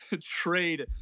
trade